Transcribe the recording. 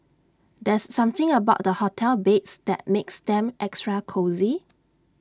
there's something about the hotel beds that makes them extra cosy